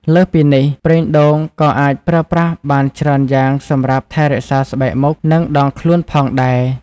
លើសពីនេះ ប្រេងដូងក៏អាចប្រើប្រាស់បានច្រើនយ៉ាងសម្រាប់ ថែរក្សាស្បែកមុខ និងដងខ្លួន ផងដែរ។